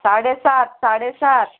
साडे सात साडे सात